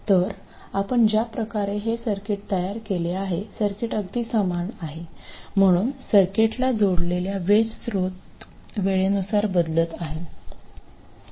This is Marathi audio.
तर आपण ज्या प्रकारे हे सर्किट तयार केले आहे सर्किट अगदी समान आहे म्हणून सर्किटला जोडलेल्या वेज स्त्रोत वेळेनुसार बदलत आहे